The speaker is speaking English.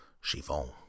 Chiffon